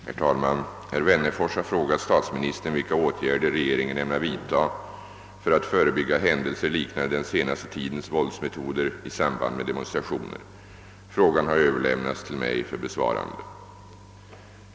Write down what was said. Herr talman! Herr Wennerfors har frågat statsministern vilka åtgärder regeringen ämnar vidta för att förebygga händelser liknande den senaste tidens våldsmetoder i samband med demonstrationer. Frågan har överlämnats till mig för besvarande.